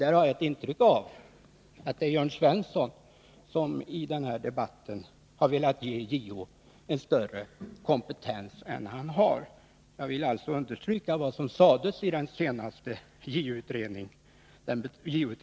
Där har jag ett intryck av att Jörn Svensson i denna debatt har velat ge JO större kompetens än f. n. Jag vill understryka vad som sades av den senaste JO-utredningen.